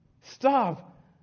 Stop